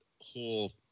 whole